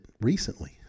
recently